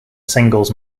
singles